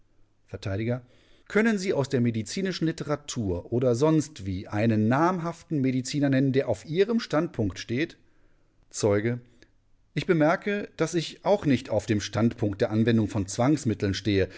vert können sie aus der medizinischen literatur oder sonstwie einen namhaften mediziner nennen der auf ihrem standpunkt steht zeuge ich bemerke daß ich auch nicht auf dem standpunkt der anwendung von zwangsmitteln stehe